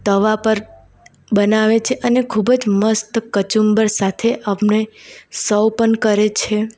તવા પર બનાવે છે અને ખૂબ જ મસ્ત કચુંબર સાથે આપને સવ પણ કરે છે